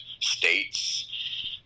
states